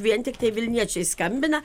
vien tiktai vilniečiai skambina